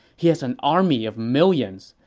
he has an army of millions,